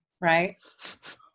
right